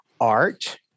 Art